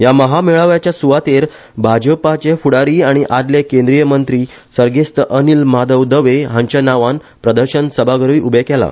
ह्या महामेळावेच्या सुवातेर भाजपाचे फुडारी आनी आदले केंद्रीय मंत्री सर्गेस्त अनिल माधव दवे हांच्या नावान प्रदर्शन सभाघरुय उभें केला